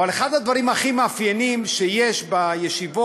אבל אחד הדברים הכי מאפיינים שיש בישיבות,